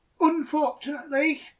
Unfortunately